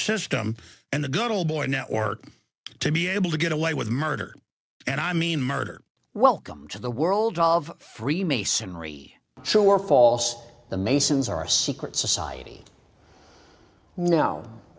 system and the good old boy network to be able to get away with murder and i mean murder welcome to the world of freemasonry so are false the masons are secret society no